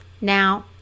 Now